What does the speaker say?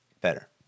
better